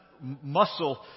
muscle